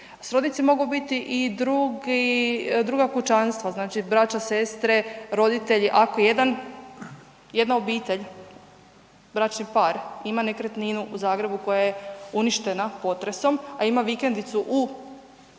Srodnici mogu biti i druga kućanstva, znači braća, sestre, roditelji ako jedna obitelj bračni par ima nekretninu u Zagrebu koja je uništena potresom, a ima vikendicu na moru